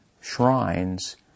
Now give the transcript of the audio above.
shrines